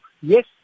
yes